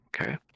Okay